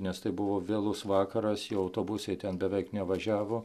nes tai buvo vėlus vakaras jau autobusai ten beveik nevažiavo